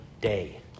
day